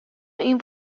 این